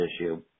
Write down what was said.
issue